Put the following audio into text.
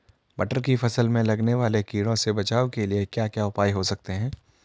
मटर की फसल में लगने वाले कीड़ों से बचाव के क्या क्या उपाय हो सकते हैं?